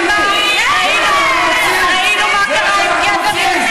אתם לא קראתם.